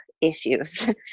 issues